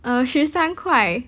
err 十三块